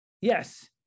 Yes